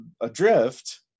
Adrift